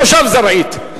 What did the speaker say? מושב זרעית,